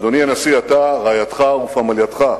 אדוני הנשיא, אתה, רעייתך ופמלייתך,